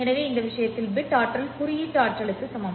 எனவே இந்த விஷயத்தில் பிட் ஆற்றல் குறியீட்டு ஆற்றலுக்கு சமம்